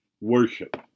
worship